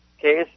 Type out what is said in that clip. case